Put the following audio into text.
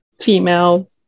female